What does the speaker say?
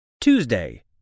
Tuesday